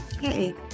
Hey